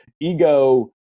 ego